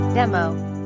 demo